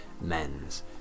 men's